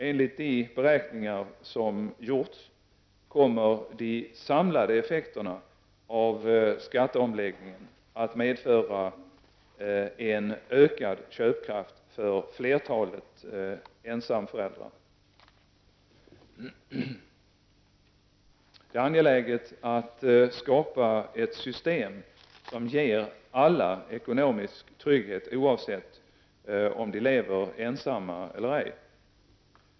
Enligt de beräkningar som gjorts kommer de samlade effekterna av skatteomläggningen att medföra en ökad köpkraft för flertalet ensamföräldrar. Det är angeläget att skapa ett system som ger alla ekonomisk trygghet, oavsett om de lever ensamma eller ej.